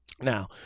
Now